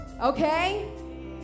Okay